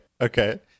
okay